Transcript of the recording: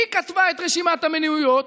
היא כתבה את רשימת המניעויות,